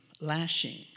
lashing